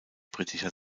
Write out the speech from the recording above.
britischer